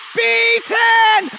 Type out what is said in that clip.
beaten